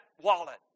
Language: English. wallet